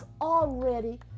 already